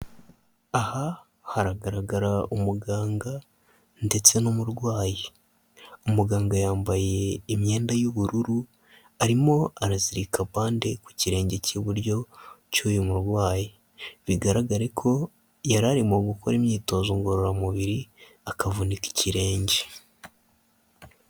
Aha hagaragara umuganga ndetse n'umurwayi, umuganga yambaye imyenda y'ubururu arimo arazirika bande ku kirenge cy'iburyo cy'uyu murwayi bigaragare ko yararimo gukora imyitozo ngororamubiri akavunika ikirenge.